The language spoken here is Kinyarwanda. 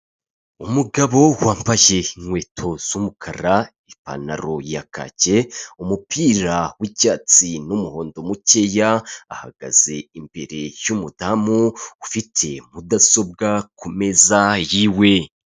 Umugabo wambaye inkweto z'umukara, ipantaro ya kaki, umupira w’icyatsi, n'umuhondo mukeya, ahagaze imbere y’umudamu ufite mudasobwa ku meza yiwe.